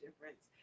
difference